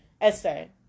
essay